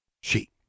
She